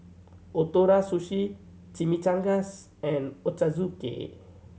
Ootoro Sushi Chimichangas and Ochazuke